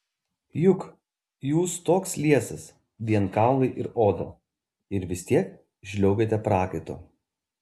juk jūs toks liesas vien kaulai ir oda ir vis tiek žliaugiate prakaitu